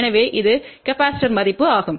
எனவே இது கெபாசிடர் மதிப்பு ஆகும்